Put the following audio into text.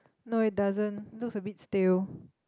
no it doesn't looks a bit stale